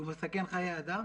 שהוא מסכן חיי אדם